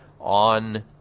on